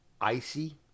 icy